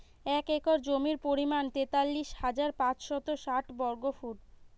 এক একর জমির পরিমাণ তেতাল্লিশ হাজার পাঁচশত ষাট বর্গফুট